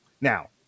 Now